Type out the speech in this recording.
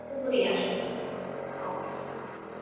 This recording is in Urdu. شکریہ شکریہ اوکے چلیں